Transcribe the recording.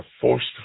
forced